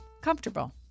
comfortable